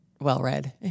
well-read